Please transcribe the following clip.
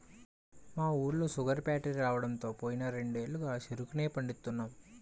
మా ఊళ్ళో sugar factory రాడంతో పోయిన రెండేళ్లుగా చెరుకునే పండిత్తన్నాం